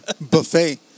Buffet